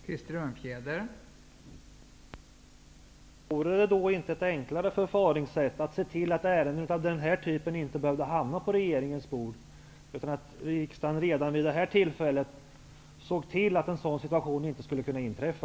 Fru talman! Vore det inte ett enklare förfaringssätt att se till att ärenden av den här typen inte behövde hamna på regeringens bord och att riksdagen redan vid det här tillfället såg till att en sådan situation inte skulle kunna inträffa?